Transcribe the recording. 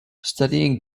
studying